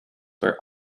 were